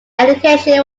education